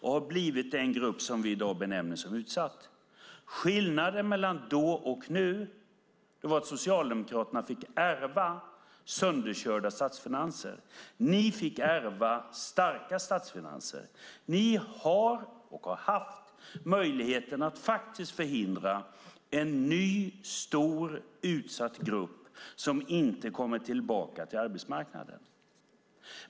De har blivit den grupp som vi i dag benämner som utsatt. Skillnaden mellan då och nu var att Socialdemokraterna fick ärva sönderkörda statsfinanser. Men ni fick ärva starka statsfinanser. Ni har och har haft möjligheten att faktiskt förhindra att en ny, stor, utsatt grupp inte kommer tillbaka till arbetsmarknaden.